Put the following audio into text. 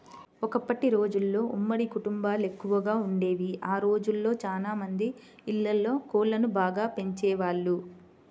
ఒకప్పటి రోజుల్లో ఉమ్మడి కుటుంబాలెక్కువగా వుండేవి, ఆ రోజుల్లో చానా మంది ఇళ్ళల్లో కోళ్ళను బాగా పెంచేవాళ్ళు